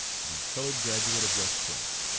the colored graduate of west point.